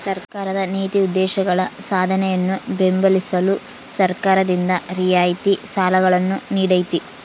ಸರ್ಕಾರದ ನೀತಿ ಉದ್ದೇಶಗಳ ಸಾಧನೆಯನ್ನು ಬೆಂಬಲಿಸಲು ಸರ್ಕಾರದಿಂದ ರಿಯಾಯಿತಿ ಸಾಲಗಳನ್ನು ನೀಡ್ತೈತಿ